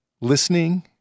listening